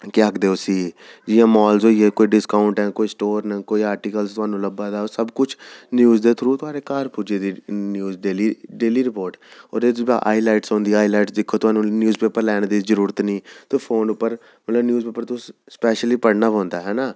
केह् आखदे उसी जि'यां मॉल्स होइये कोई डिस्काउंट न कोई स्टोर न कोई आर्टिकल होने लब्भा दा ओह् सब कुछ न्यूज़ दे थ्रू थुआढ़े घर पुज्जी दी न्यूज़ डेली डेली रिपोर्ट ते ओह्दे च जि'यां हाइलाइट्स होंदियां हाइलाइट्स दिक्खो थाह्नूं न्यूज़ पेपर लैनी दी जरूरत निं फोन पर मतलब न्यूज़ पेपर तुसें स्पैशली पढ़ना पौंदा ऐना